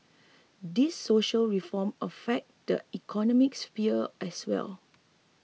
these social reform affect the economic sphere as well